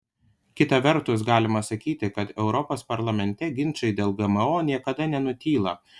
kita vertus galima sakyti kad europos parlamente ginčai dėl gmo niekada nenutyla